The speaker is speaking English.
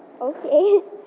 Okay